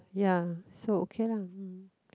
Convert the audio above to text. ya so okay lah mm